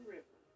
River